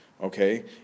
okay